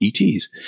ETs